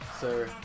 sir